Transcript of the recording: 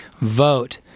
vote